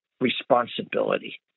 responsibility